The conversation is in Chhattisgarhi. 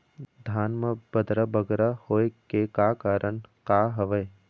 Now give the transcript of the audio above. धान म बदरा बगरा होय के का कारण का हवए?